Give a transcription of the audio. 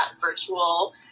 virtual